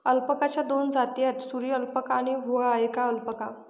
अल्पाकाच्या दोन जाती आहेत, सुरी अल्पाका आणि हुआकाया अल्पाका